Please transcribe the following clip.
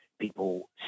people